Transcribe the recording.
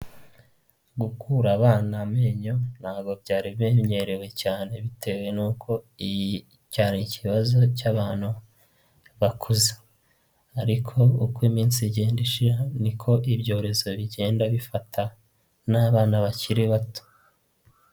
Gukura abana amenyo ntabwo byari bimenyerewe cyane bitewe nuko iyi cyari ikibazo cy'abantu bakuze, ariko uko iminsi igenda ishira niko ibyorezo bigenda bifata n'abana bakiri bato.